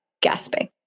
gasping